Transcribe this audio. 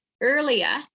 earlier